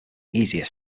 easier